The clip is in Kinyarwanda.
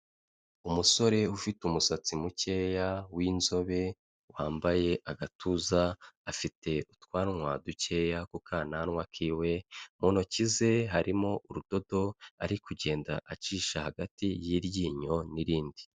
Umusore ufite umusatsi mukeya w'inzobe wambaye agatuza, afite utwanwa dukeya ku kananwa kiwe, mu ntoki ze harimo urudodo ari kugenda acisha hagati y'iryinyo n'irindi.